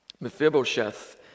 Mephibosheth